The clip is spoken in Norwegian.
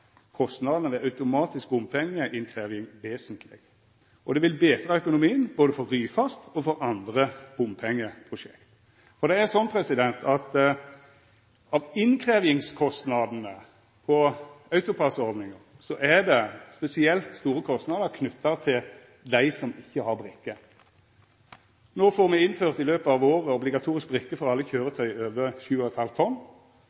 kostnadane ved automatisk bompengeinnkrevjing vesentleg, og det vil betra økonomien både for Ryfast og for andre bompengeprosjekt.» Når det gjeld innkrevjingskostnadene på autopassordninga, er det spesielt store kostnader knytte til dei som ikkje har brikke. No får me innført i løpet av året obligatorisk brikke for alle kjøretøy over 7,5 tonn.